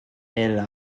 elle